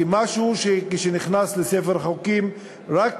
משהו שכשהוא נכנס לספר החוקים הוא רק